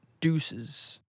Deuces